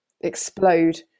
explode